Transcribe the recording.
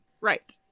Right